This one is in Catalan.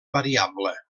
variable